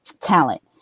talent